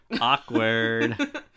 Awkward